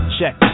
Check